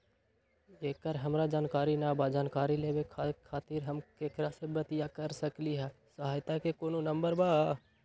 एकर हमरा जानकारी न बा जानकारी लेवे के खातिर हम केकरा से बातिया सकली ह सहायता के कोनो नंबर बा?